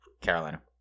Carolina